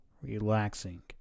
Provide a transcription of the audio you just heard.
relaxing